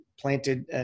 planted